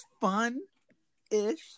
fun-ish